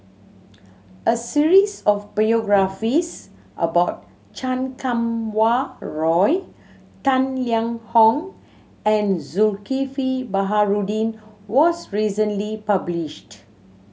a series of biographies about Chan Kum Wah Roy Tang Liang Hong and Zulkifli Baharudin was recently published